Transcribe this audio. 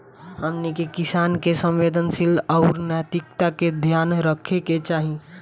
हमनी के किसान के संवेदनशीलता आउर नैतिकता के ध्यान रखे के चाही